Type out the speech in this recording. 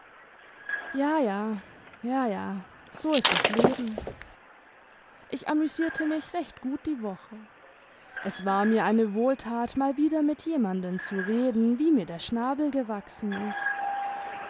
ja ja ja ja so ist das leben ich amüsierte mich recht gut die woche es war mir eine wohltat mal wieder mit jemanden zu reden wie mir der schnabel gewachsen ist